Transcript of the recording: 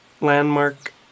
landmark